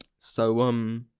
so um.